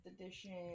edition